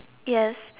yes